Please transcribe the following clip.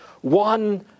One